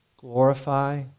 Glorify